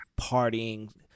partying